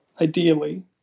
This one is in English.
ideally